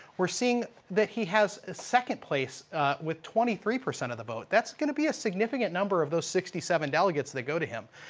we are seeing that he has second place with twenty three percent of the vote and that's going to be a significant number of the sixty seven delegates that go to him.